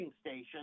station